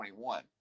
21